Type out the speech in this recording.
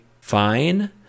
fine